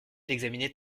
d’examiner